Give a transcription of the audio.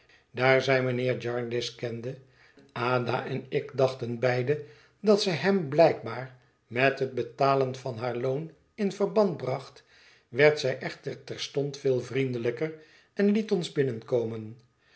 daar zij mijnheer jarndyce kende ada en ik dachten beide dat zij hem blijkbaar met het betalen van haar loon in verband bracht werd zij echter terstond veel vriendelijker en liet ons binnenkomen